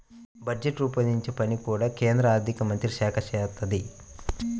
budget రూపొందించే పని కూడా కేంద్ర ఆర్ధికమంత్రిత్వశాఖే చేత్తది